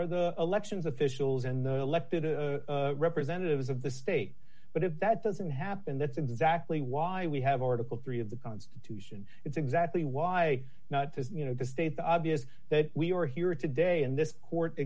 are the elections officials and the elected a representative of the state but if that doesn't happen that's exactly why we have or to call three of the constitution it's exactly why not to you know the state the obvious that we are here today and this court